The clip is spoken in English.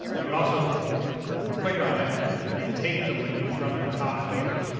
you could also click on it and take the link from the top here,